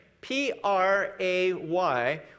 P-R-A-Y